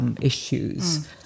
issues